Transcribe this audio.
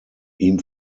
ihm